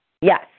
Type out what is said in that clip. Yes